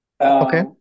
Okay